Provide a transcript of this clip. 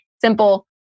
simple